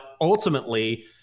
ultimately